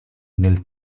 nel